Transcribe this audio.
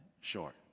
short